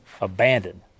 abandoned